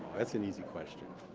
that's an easy question.